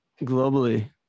Globally